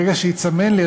ברגע שהיא תסמן לי,